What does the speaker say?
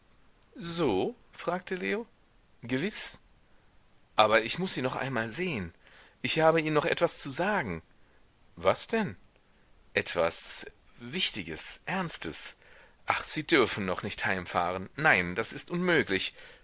so fragte leo gewiß aber ich muß sie noch einmal sehen ich hab ihnen noch etwas zu sagen was denn etwas wichtiges ernstes ach sie dürfen noch nicht heimfahren nein das ist unmöglich